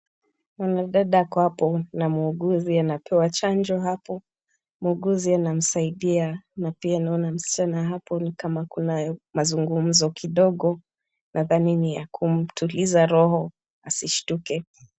Mwanadada ako hapo na muuguzi anapewa chanjo hapo, muuguzi anamsaidia na pia naona msichana hapo ni kama kunayo mazungumzo kidogo nadhani ni ya kumtuliza roho asishtuke.